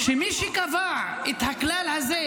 -- במיוחד כשמי שקבע את הכלל הזה,